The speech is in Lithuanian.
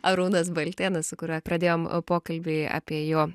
arūnas baltėnas su kuriuo pradėjom pokalbį apie jo